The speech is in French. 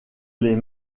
les